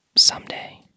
Someday